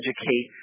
educate